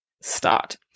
start